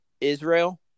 Israel